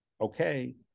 okay